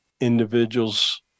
individuals